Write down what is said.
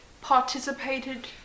participated